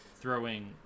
throwing